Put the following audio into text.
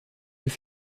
yeux